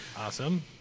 Awesome